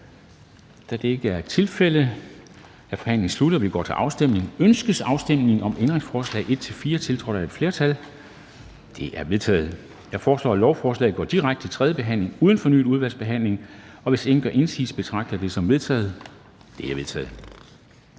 eller imod stemte 0. Ændringsforslaget er forkastet. Ønskes afstemning om ændringsforslag nr. 2-4, tiltrådt af et flertal? De er vedtaget. Jeg foreslår, at lovforslaget går direkte til tredje behandling uden fornyet udvalgsbehandling. Hvis ingen gør indsigelse, betragter jeg det som vedtaget. Det er vedtaget.